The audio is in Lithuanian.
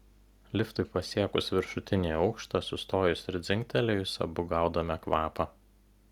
liftui pasiekus viršutinį aukštą sustojus ir dzingtelėjus abu gaudome kvapą